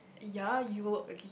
yea you will agree